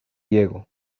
diego